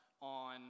on